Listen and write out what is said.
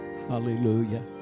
Hallelujah